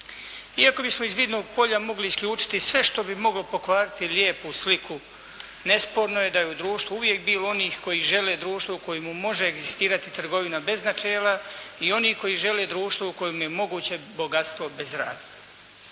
Iako bismo iz vidnog polja mogli isključiti sve što bi moglo pokvariti lijepu sliku nesporno je da je u društvu uvijek bilo onih koji žele društvo u kojemu može egzistirati trgovina bez načela i onih koji žele društvo u kojem je moguće bogatstvo bez rada.